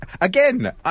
again